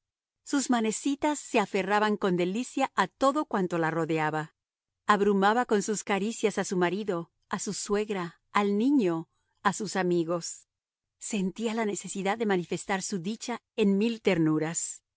sus manecitas se aferraban con delicia a todo cuanto la rodeaba abrumaba con sus caricias a su marido a su suegra al niño a sus amigos sentía la necesidad de manifestar su dicha en mil ternuras